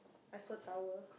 Eiffel Tower